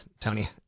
Tony